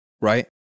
right